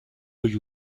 you